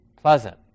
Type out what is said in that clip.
pleasant